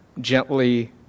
Gently